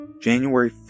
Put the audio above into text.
January